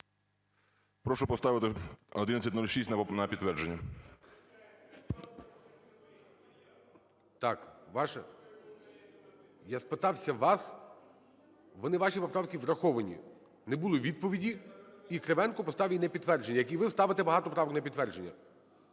Прошу поставити 1106-у на підтвердження. ГОЛОВУЮЧИЙ. Так, ваше… Я спитався вас. Вони, ваші поправки, враховані. Не було відповіді, і Кривенко поставив її на підтвердження, як і ви ставите багато правок на підтвердження.